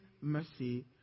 mercy